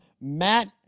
Matt